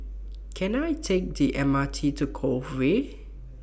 Can I Take The M R T to Cove Way